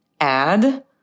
add